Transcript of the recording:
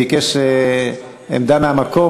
ביקש עמדה מהמקום,